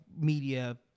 media